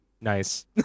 Nice